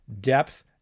depth